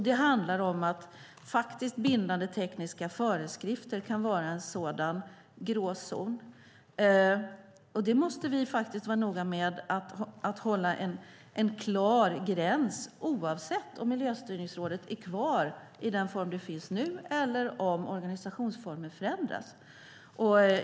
Det handlar om att faktiskt bindande tekniska föreskrifter kan vara en sådan gråzon. Vi måste vara noga med att hålla en klar gräns oavsett om Miljöstyrningsrådet är kvar i den form som finns nu eller om organisationsformen förändras.